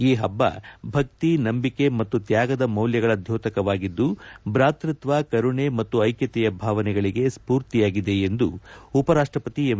ಈ ಹಬ್ಬ ಭಕ್ತಿ ನಂಬಿಕೆ ಮತ್ತು ತ್ಯಾಗದ ಮೌಲ್ಯಗಳ ಧ್ಕೋತಕವಾಗಿದ್ದು ಭಾತೃತ್ವ ಕರುಣೆ ಮತ್ತು ಐಕ್ಯತೆಯ ಭಾವನೆಗಳಿಗೆ ಸ್ಫೂರ್ತಿಯಾಗಿದೆ ಎಂದು ಉಪರಾಷ್ಷವತಿ ಎಂ